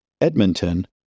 Edmonton